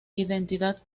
identidad